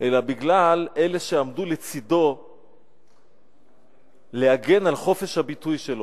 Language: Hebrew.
אלא בגלל אלה שעמדו לצדו להגן על חופש הביטוי שלו.